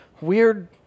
weird